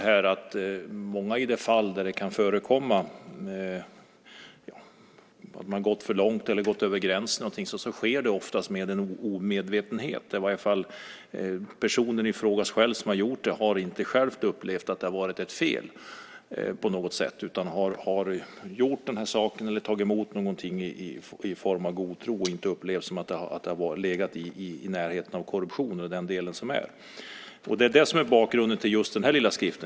I många fall där det kan förekomma att man har gått över gränsen sker det med en omedvetenhet. Den person som har gjort det har inte själv upplevt att det har varit fel utan har tagit emot något i god tro och inte upplevt att det har legat i närheten av korruption. Det är bakgrunden till den här lilla skriften.